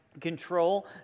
control